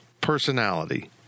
personality